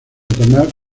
tomar